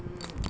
mm